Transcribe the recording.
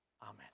Amen